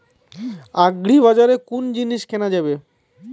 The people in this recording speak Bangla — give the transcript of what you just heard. আগ্রিবাজারে কোন জিনিস কেনা যাবে?